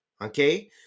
okay